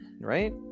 Right